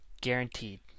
Guaranteed